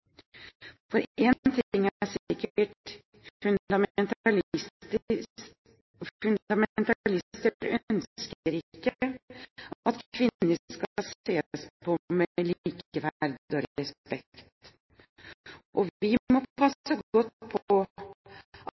For en ting er sikkert: Fundamentalister ønsker ikke at kvinner skal ses på med likeverd og respekt. Og vi må passe godt på